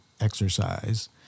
Exercise